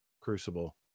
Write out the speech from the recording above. Crucible